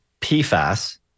PFAS